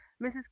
mrs